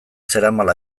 zeramala